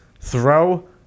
throw